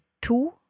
two